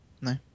No